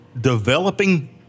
developing